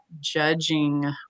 judging